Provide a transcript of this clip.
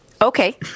Okay